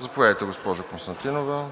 Заповядайте, госпожо Константинова.